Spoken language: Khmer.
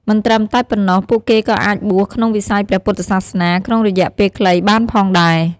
មិនត្រឹមតែប៉ុណ្ណោះ ពួកគេក៏អាចបួសក្នុងវិស័យព្រះពុទ្ធសាសនាក្នុងរយៈពេលខ្លីបានផងដែរ។